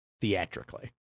theatrically